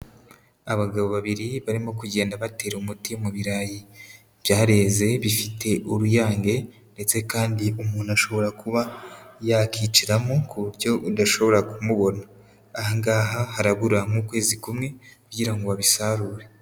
Abagabo babiri barimo kugenda batera umuti mu birayi byareze bifite uruyange ndetse kandi umuntu ashobora kuba yakicaramo ku buryo udashobora kumubona. Aha ngaha harabura nk'ukwezi kumwe kugira ngo babisarure.